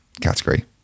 category